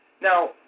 Now